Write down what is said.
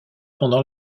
pendant